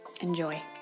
Enjoy